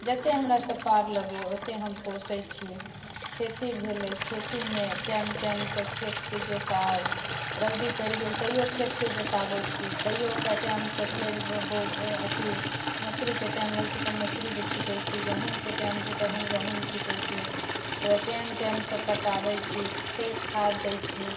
जतेक हमरासँ पार लगैए ओतेक हम पोसै छी खेती भेलै खेतीमे टाइम टाइमसँ खेतके जोताउ रौदी पड़ि गेल तैओ खेतके जोताबै छी तैओ ओकरा टाइमसँ फेर अथी मौसरीके टाइम रहै छै तऽ मौसरी छिटै छी गहूमके टाइम छै तखन गहूम छिटै छी ओकरा टाइम टाइमसँ पटाबै छी फेर खाद दै छी